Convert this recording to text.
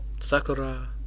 Sakura